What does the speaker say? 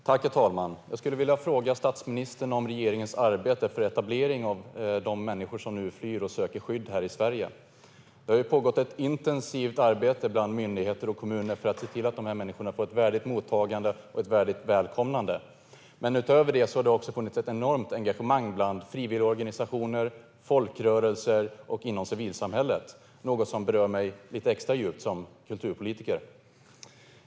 Herr talman! Jag skulle vilja fråga statsministern om regeringens arbete för etablering av de människor som nu flyr och söker skydd i Sverige. Det har ju pågått ett intensivt arbete bland myndigheter och kommuner för att se till att dessa människor får ett värdigt mottagande och värdigt välkomnande. Men utöver detta har det också funnits ett enormt engagemang bland frivilligorganisationer och folkrörelser och inom civilsamhället, något som berör mig lite extra djupt som kulturpolitiker.